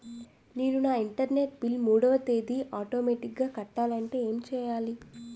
నేను నా internet bill మూడవ తేదీన ఆటోమేటిగ్గా కట్టాలంటే ఏం చేయాలి?